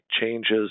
changes